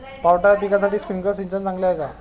पावटा या पिकासाठी स्प्रिंकलर सिंचन चांगले आहे का?